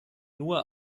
nur